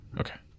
Okay